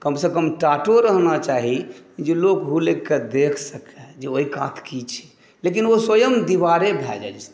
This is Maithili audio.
कमसँ कम टाटो रहना चाही जे लोक हुलकि कऽ देख सकए जे ओहि कात की छै लेकिन ओ स्वयँ दीवारे भऽ जाइ छथिन